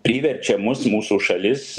priverčia mus mūsų šalis